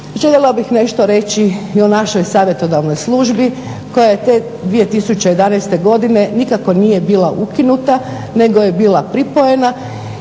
željela bih nešto reći i o našoj Savjetodavnoj službi koja je te 2011. godine nikako nije bila ukinuta nego je bila pripojena